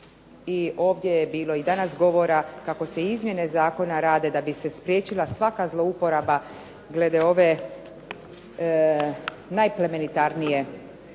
i ovdje je bilo danas govora da se izmjene Zakona rade da bi se spriječila svaka zlouporaba glede ove najplemenitarnije